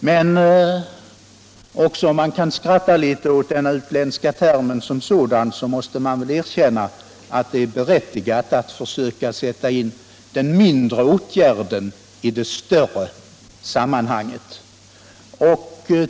Även om man kanske kan skratta åt den utländska termen som sådan, måste man erkänna att det är berättigat att försöka sätta in den mindre åtgärden i ett större sammanhang.